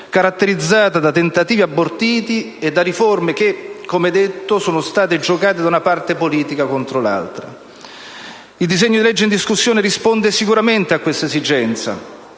caratterizzata da tentativi abortiti e da riforme che, come detto, sono state giocate da una parte politica contro l'altra. Il disegno di legge in discussione risponde sicuramente a questa esigenza,